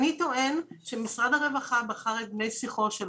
אני טוען שמשרד הרווחה בחר את בני שיחו,